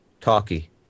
talkie